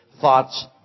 thoughts